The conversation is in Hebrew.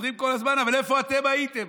חוזרים כל הזמן: אבל איפה אתם הייתם?